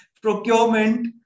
procurement